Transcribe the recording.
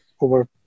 over